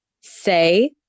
say